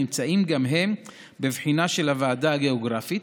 נמצאים גם הם בבחינה של הוועדה הגיאוגרפית.